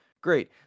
great